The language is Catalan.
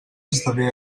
esdevé